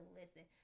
listen